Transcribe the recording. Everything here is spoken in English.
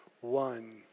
one